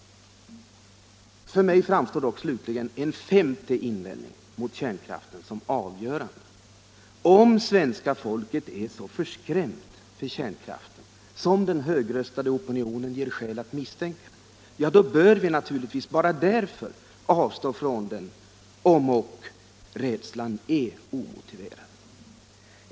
För mig framstår dock en femte synpunkt på kärnkraften som avgörande. Om svenska folket är så förskrämt för kärnkraften som den högröstade opinionen ger skäl att misstänka, bör vi naturligtvis bara därför avstå från den, om ock rädslan är omotiverad.